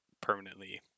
permanently